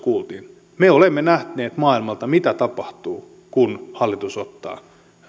kuultiin me olemme nähneet maailmalta mitä tapahtuu kun hallitus ottaa